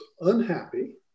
unhappy